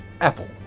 Apple